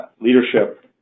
leadership